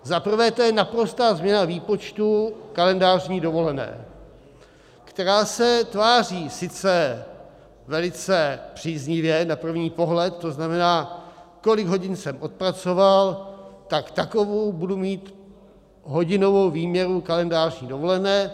Za prvé to je naprostá změna výpočtu kalendářní dovolené, která se tváří sice velice příznivě na první pohled, to znamená, kolik hodin jsem odpracoval, tak takovou budu mít hodinovou výměru kalendářní dovolené.